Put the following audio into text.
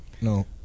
No